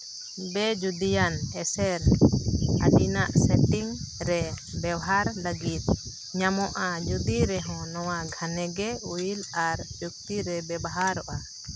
ᱵᱮ ᱡᱩᱫᱤᱭᱟᱱ ᱮᱥᱮᱨ ᱟᱹᱵᱤᱱᱟᱜ ᱥᱮᱴᱤᱝ ᱨᱮ ᱵᱮᱵᱚᱦᱟᱨ ᱞᱟᱹᱜᱤᱫ ᱧᱟᱢᱚᱜᱼᱟ ᱡᱩᱫᱤ ᱨᱮᱦᱚᱸ ᱱᱚᱣᱟ ᱜᱷᱟᱱᱮ ᱜᱮ ᱩᱭᱤᱞ ᱟᱨ ᱡᱩᱠᱛᱤ ᱨᱮ ᱵᱮᱵᱚᱦᱟᱨᱚᱜᱼᱟ